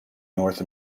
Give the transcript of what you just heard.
north